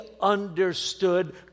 understood